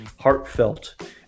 heartfelt